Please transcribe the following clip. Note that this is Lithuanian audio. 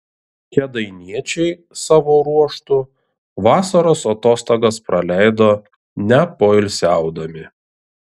kėdainiečiai savo ruožtu vasaros atostogas praleido nepoilsiaudami